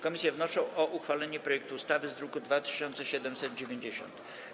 Komisje wnoszą o uchwalenie projektu ustawy z druku nr 2790.